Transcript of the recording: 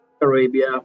Arabia